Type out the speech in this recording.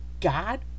God